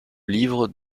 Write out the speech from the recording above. livre